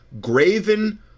graven